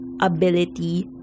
ability